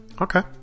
Okay